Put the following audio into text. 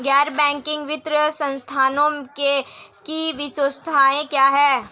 गैर बैंकिंग वित्तीय संस्थानों की विशेषताएं क्या हैं?